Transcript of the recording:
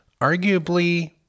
arguably